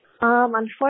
unfortunately